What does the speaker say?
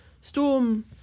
storm